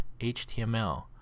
html